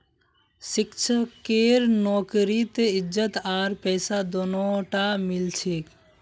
शिक्षकेर नौकरीत इज्जत आर पैसा दोनोटा मिल छेक